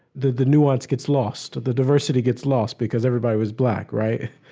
that the nuance gets lost, the diversity gets lost, because everybody was black. right?